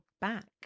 back